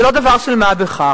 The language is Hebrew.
זה לא דבר של מה בכך,